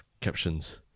captions